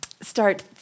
start